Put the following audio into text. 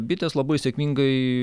bitės labai sėkmingai